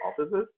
offices